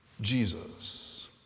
Jesus